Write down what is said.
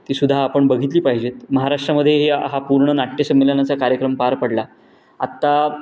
ती सुद्धा आपण बघितली पाहिजेत महाराष्ट्रामध्ये हे हा पूर्ण नाट्य संमेलनाचा कार्यक्रम पार पडला आत्ता